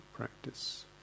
practice